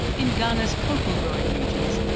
in ghana's cocoa growing regions,